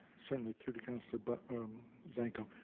certainly, through to councilor but zanko.